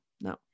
no